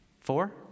Four